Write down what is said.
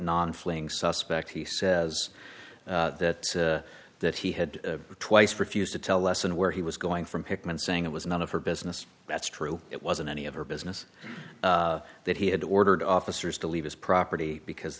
non fleeing suspect he says that that he had twice refused to tell lessen where he was going from hickman saying it was none of her business that's true it wasn't any of her business that he had ordered officers to leave his property because